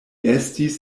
estis